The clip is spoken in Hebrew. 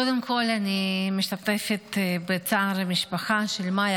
קודם כול אני משתתפת בצער המשפחה של מיה